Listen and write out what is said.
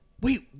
wait